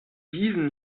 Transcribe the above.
diesen